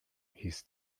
his